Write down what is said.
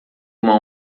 uma